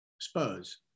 Spurs